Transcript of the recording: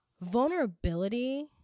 vulnerability